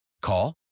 Call